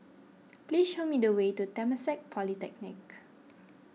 please show me the way to Temasek Polytechnic